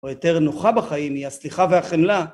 או יותר נוחה בחיים היא הסליחה והחמלה